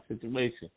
situation